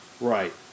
Right